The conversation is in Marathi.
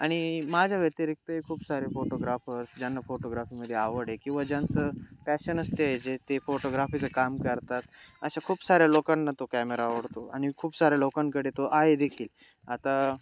आणि माझ्या व्यतिरिक्तही खूप सारे फोटोग्राफर्स ज्यांना फोटोग्राफीमध्ये आवड आहे किंवा ज्यांचं पॅशन असते आहे जे ते फोटोग्राफीचं काम करतात अशा खूप साऱ्या लोकांना तो कॅमेरा आवडतो आणि खूप साऱ्या लोकांकडे तो आहे देखील आता